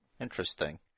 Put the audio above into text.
Interesting